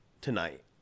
tonight